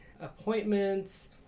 appointments